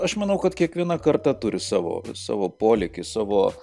aš manau kad kiekviena karta turi savo savo polėkį savo